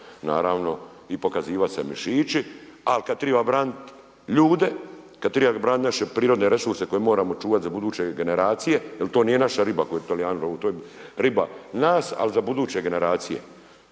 naravno i pokazivati se mišići ali kad treba braniti ljude, kad treba braniti naše prirodne resurse koje moramo čuvati za buduće generacije, jer to nije naša riba koju Talijani love, to je riba nas ali za buduće generacije.